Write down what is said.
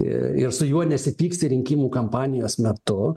ir su juo nesipyksi rinkimų kampanijos metu